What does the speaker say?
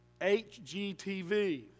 HGTV